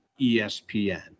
ESPN